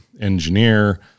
engineer